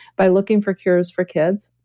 by looking for cures for kids.